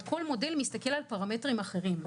כל מודל מסתכל על פרמטרים אחרים.